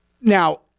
now